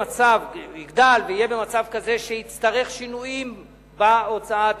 בשלב כלשהו יגדל ויהיה במצב כזה שיצטרך שינויים בהוצאה התקציבית,